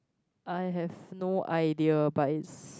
I have no idea but it's